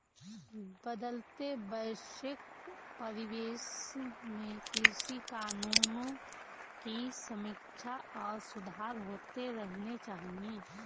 बदलते वैश्विक परिवेश में कृषि कानूनों की समीक्षा और सुधार होते रहने चाहिए